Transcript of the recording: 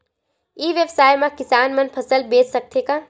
ई व्यवसाय म किसान मन फसल बेच सकथे का?